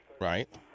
Right